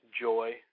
joy